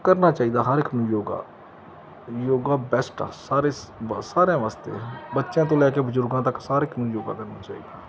ਕਰਨਾ ਚਾਹੀਦਾ ਹਰ ਇੱਕ ਨੂੰ ਯੋਗਾ ਯੋਗਾ ਬੈਸਟ ਆ ਸਾਰੇ ਸ ਵਾ ਸਾਰਿਆਂ ਵਾਸਤੇ ਬੱਚਿਆਂ ਤੋਂ ਲੈ ਕੇ ਬਜ਼ੁਰਗਾਂ ਤੱਕ ਸਾਰ ਇੱਕ ਨੂੰ ਯੋਗਾ ਕਰਨਾ ਚਾਹੀਦਾ